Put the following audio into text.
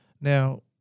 Now